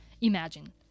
Imagine